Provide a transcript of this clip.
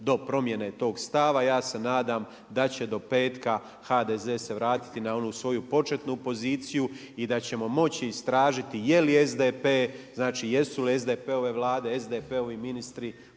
do promjene tog stava. Ja se nadam da će do petka HDZ se vratiti na onu svoju početnu poziciju i da ćemo moći istražiti jeli SDP znači jesu li SDP-ove vlade, SDP-ovi ministri